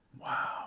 Wow